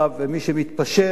ומי שמתפשר,